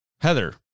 Heather